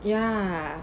ya